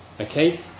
okay